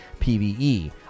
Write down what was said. PvE